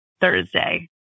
Thursday